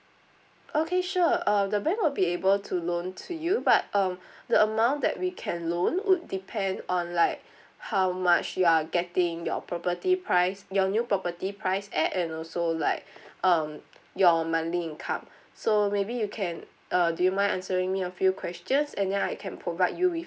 okay sure uh the bank will be able to loan to you but um the amount that we can loan would depend on like how much you are getting your property price your new property price eh and also like um your monthly income so maybe you can uh do you mind answering me a few questions and then I can provide you with